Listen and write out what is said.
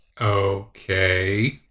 okay